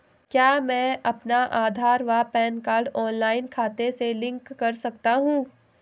क्या मैं अपना आधार व पैन कार्ड ऑनलाइन खाते से लिंक कर सकता हूँ?